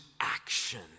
action